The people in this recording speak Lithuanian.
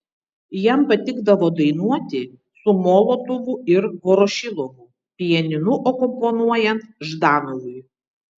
jam patikdavo dainuoti su molotovu ir vorošilovu pianinu akompanuojant ždanovui